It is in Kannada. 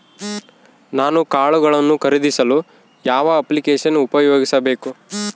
ನಾನು ಕಾಳುಗಳನ್ನು ಖರೇದಿಸಲು ಯಾವ ಅಪ್ಲಿಕೇಶನ್ ಉಪಯೋಗಿಸಬೇಕು?